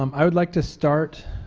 um i would like to start